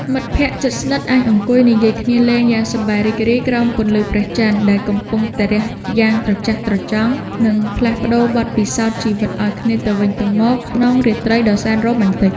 មិត្តភក្តិជិតស្និទ្ធអាចអង្គុយនិយាយគ្នាលេងយ៉ាងសប្បាយរីករាយក្រោមពន្លឺព្រះចន្ទដែលកំពុងតែរះយ៉ាងត្រចះត្រចង់ និង ផ្លាស់ប្តូរបទពិសោធន៍ជីវិតឱ្យគ្នាទៅវិញទៅមកក្នុងរាត្រីដ៏សែនរ៉ូមែនទិក។